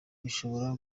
bishobora